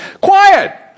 quiet